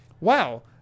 Wow